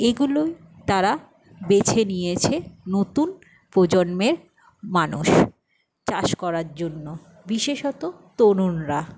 এগুলোই তারা বেছে নিয়েছে নতুন প্রজন্মের মানুষ চাষ করার জন্য বিশেষত তরুণরা